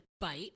bite